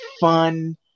fun